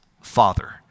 Father